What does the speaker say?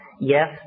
Yes